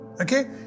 okay